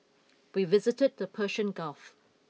we visited the Persian Gulf